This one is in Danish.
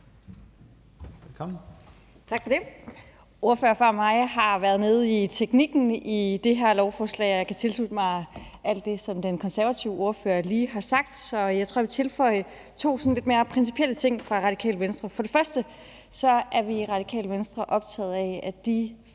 Tak for det. Ordførerne før mig har været nede i teknikken i det her lovforslag, og jeg kan tilslutte mig alt det, som den konservative ordfører lige har sagt. Så jeg tror, jeg vil tilføje to sådan lidt mere principielle ting fra Radikale Venstre. For det første er vi i Radikale Venstre optaget af, at de